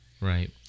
Right